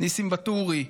ניסים ואטורי,